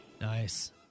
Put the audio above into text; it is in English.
Nice